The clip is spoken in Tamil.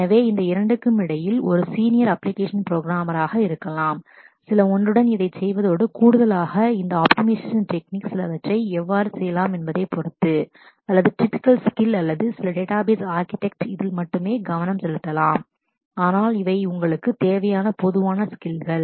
எனவே இந்த இரண்டிற்கும் இடையில் ஒரு சீனியர் அப்ளிகேஷன் புரோகிராமர் இருக்கலாம் சில ஒன்றுடன் இதைச் செய்வதோடு கூடுதலாக இந்த ஆப்டிமைசேஷன் டெக்னிக் optimisation technique சிலவற்றை எவ்வாறு செய்யலாம் என்பதைப் பொறுத்து அல்லது டிபிக்கல் ஸ்கில் typical skill அல்லது சில டேட்டாபேஸ் அர்கிடெக்ட் database architect இதில் மட்டுமே கவனம் செலுத்தலாம் ஆனால் இவை உங்களுக்கு தேவையான பொதுவான ஸ்கில்கள்